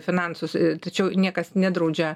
finansus tačiau niekas nedraudžia